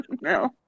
No